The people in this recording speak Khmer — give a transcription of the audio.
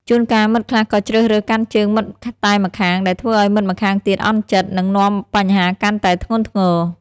ជួនកាល មិត្តខ្លះក៏ជ្រើសរើសកាន់ជើងមិត្តតែម្ខាង ដែលធ្វើឲ្យមិត្តម្ខាងទៀតអន់ចិត្ត និងនាំបញ្ហាកាន់តែធ្ងន់ធ្ងរ។